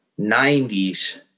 90s